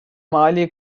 mali